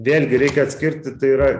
vėlgi reikia atskirti tai yra